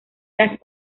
las